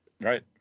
Right